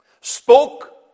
spoke